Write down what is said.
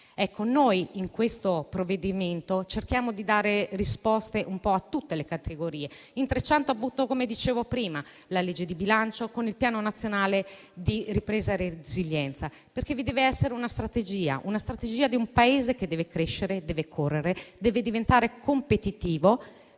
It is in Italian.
meno. In questo provvedimento cerchiamo di dare risposte un po' a tutte le categorie, intrecciando - come dicevo prima - la legge di bilancio con il Piano nazionale di ripresa e resilienza, perché vi dev'essere una strategia, quella di un Paese che deve crescere, deve correre e deve diventare competitivo,